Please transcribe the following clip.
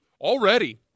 Already